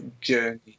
journey